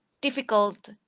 difficult